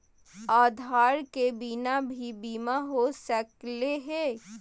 आधार के बिना भी बीमा हो सकले है?